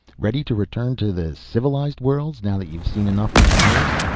ready to return to the civilized worlds, now that you've seen enough of pyrrus?